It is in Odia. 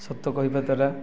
ସତ କହିବା ଦ୍ୱାରା